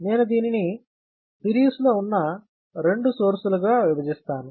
నేను దీనిని సిరీస్ లో ఉన్న రెండు సోర్సులు గా విభజిస్తాను